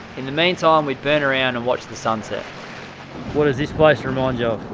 in the meantime, we'd burn around and watch the sunset what does this place remind you of?